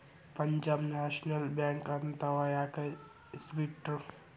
Punjab National Bank ಅಂತನ ಯಾಕ್ ಹೆಸ್ರಿಟ್ರು?